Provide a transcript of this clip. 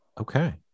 okay